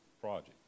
project